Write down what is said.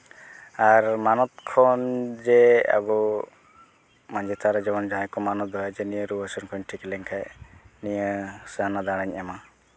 ᱟᱨ ᱢᱟᱱᱚᱛ ᱠᱷᱚᱱ ᱡᱮ ᱟᱵᱚ ᱢᱟᱹᱡᱷᱤ ᱛᱷᱟᱱ ᱨᱮ ᱡᱮᱢᱚᱱ ᱡᱟᱦᱟᱸᱭ ᱠᱚ ᱢᱟᱱᱚᱛᱼᱟ ᱡᱮ ᱱᱤᱭᱟᱹ ᱨᱩᱣᱟᱹ ᱥᱮᱱ ᱠᱷᱚᱡ ᱴᱷᱤᱠ ᱞᱮᱱᱠᱷᱟᱡ ᱱᱤᱭᱟᱹ ᱥᱮ ᱦᱟᱱᱟ ᱫᱟᱲᱮᱧ ᱮᱢᱟ